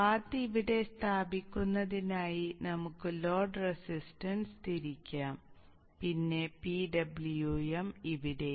path ഇവിടെ സ്ഥാപിക്കുന്നതിനായി നമുക്ക് ലോഡ് റെസിസ്റ്റൻസ് തിരിക്കാം പിന്നെ PWM ഇവിടെയും